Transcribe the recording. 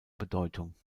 bedeutung